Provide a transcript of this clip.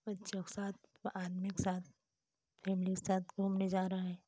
बच्चियों के साथ आदमियों के साथ फेमिली के साथ घूमने जाना है